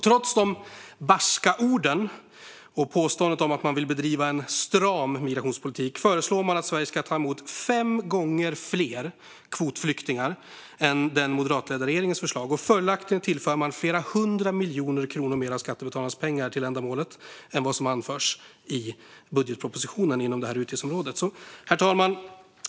Trots dessa barska ord och påståendet att de vill bedriva en "stram migrationspolitik" föreslår Socialdemokraterna att Sverige ska ta emot fem gånger fler kvotflyktingar än i den moderatledda regeringens förslag, och följaktligen tillför de flera hundra miljoner kronor mer av skattebetalarnas pengar till ändamålet än vad som anslås i budgetpropositionen inom detta utgiftsområde. Herr talman!